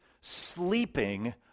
sleeping